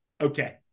Okay